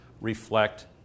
reflect